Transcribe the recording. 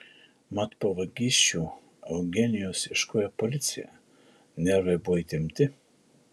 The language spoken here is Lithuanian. mat po vagysčių eugenijaus ieškojo policija nervai buvo įtempti